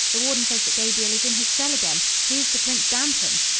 the warden says that gabriel is in his cell again! here's to prince dantan!